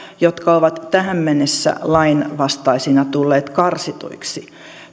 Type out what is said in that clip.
jotka ovat tähän mennessä lainvastaisina tulleet karsituiksi